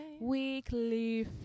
Weekly